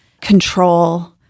control